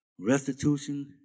Restitution